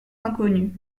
inconnu